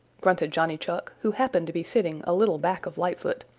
grunted johnny chuck who happened to be sitting a little back of lightfoot,